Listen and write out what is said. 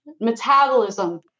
Metabolism